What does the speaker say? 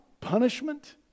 punishment